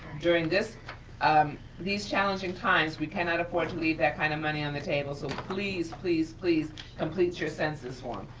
during um these challenging times, we cannot afford to leave that kind of money on the table. so please, please, please complete your census form.